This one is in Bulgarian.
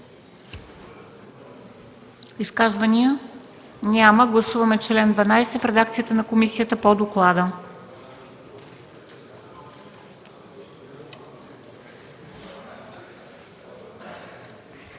Изказвания? Няма. Гласуваме чл. 25 в редакцията на комисията по доклада.